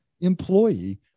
employee